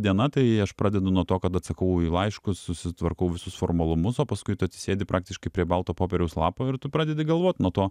diena tai aš pradedu nuo to kad atsakau į laiškus susitvarkau visus formalumus o paskui tu atsisėdi praktiškai prie balto popieriaus lapo ir tu pradedi galvot nuo to